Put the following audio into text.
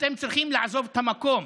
אתם צריכים לעזוב את המקום.